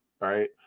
right